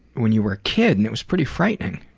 when you were a kid, and it was pretty frightening.